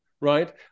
right